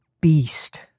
beast